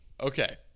Okay